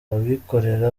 abikorera